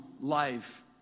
life